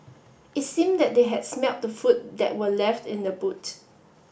it seemed that they had smelt the food that were left in the boot